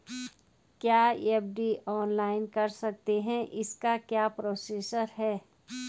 क्या FD online कर सकते हैं इसकी क्या प्रोसेस है?